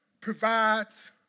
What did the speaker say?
provides